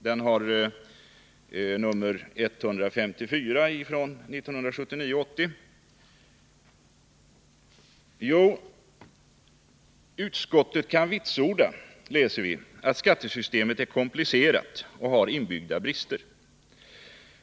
Vi läser i betänkandet att utskottet ”kan vitsorda att skattesystemet är komplicerat och har inbyggda brister.